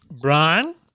Brian